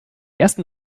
ersten